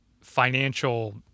financial